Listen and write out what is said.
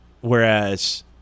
whereas